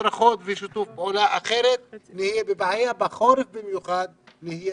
הדרכות ושיתוף פעולה כי אחרת נהיה בבעיה ובמיוחד בחורף נהיה